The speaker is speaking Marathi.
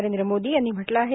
नरेंद्र मोदी यांनी म्हटलं आहे